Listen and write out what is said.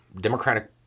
Democratic